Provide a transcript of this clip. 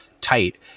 tight